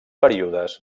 períodes